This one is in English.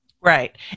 Right